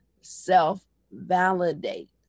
self-validate